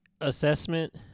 assessment